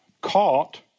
caught